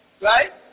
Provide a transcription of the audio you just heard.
right